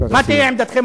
מה תהיה עמדתכם?